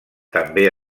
també